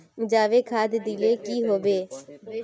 जाबे खाद दिले की होबे?